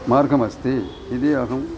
मार्गमस्ति इति अहम्